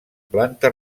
planta